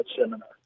seminar